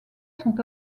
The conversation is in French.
sont